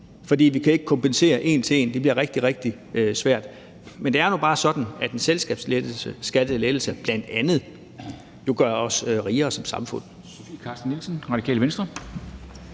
bliver ikke kompenseret en til en – det bliver rigtig, rigtig svært. Men det er nu bare sådan, at en selskabsskattelettelse jo bl.a. gør os rigere som samfund.